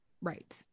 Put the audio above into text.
Right